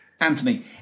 Anthony